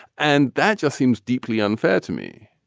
and that just seems deeply unfair to me,